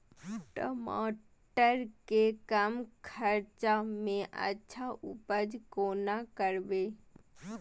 टमाटर के कम खर्चा में अच्छा उपज कोना करबे?